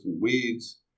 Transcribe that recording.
weeds